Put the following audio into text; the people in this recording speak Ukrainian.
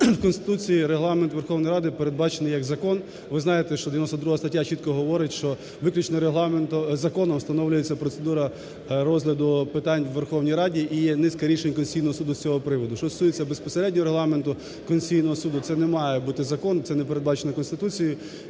в Конституції Регламент Верховної Ради передбачений як закон. Ви знаєте, що 92 стаття чітко говорить, що виключно законом встановлюється процедура розгляду питань у Верховній Раді і низка рішень Конституційного Суду з цього приводу. Що стосується безпосередньо Регламенту Конституційного Суду, це не має бути закон, це не передбачено Конституцією.